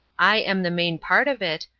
i am the main part of it,